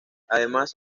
además